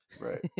Right